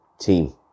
team